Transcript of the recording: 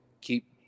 keep